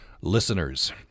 listeners